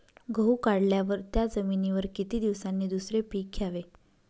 गहू काढल्यावर त्या जमिनीवर किती दिवसांनी दुसरे पीक घ्यावे?